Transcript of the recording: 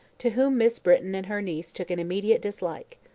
to whom miss britton and her niece took an immediate dislike.